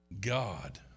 God